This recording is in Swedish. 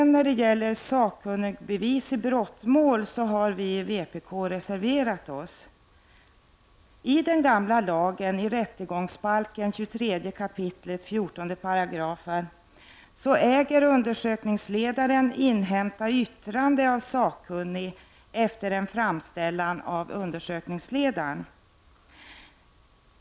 När det gäller sakkunnigbevis i brottmål har vi i vpk reserverat oss. Enligt den gamla lagen, rättegångsbalkens 23 kap. 14 §, äger undersökningsledaren att inhämta yttrande av sakkunnig efter en framställan av undersökningsledaren.